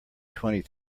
twenty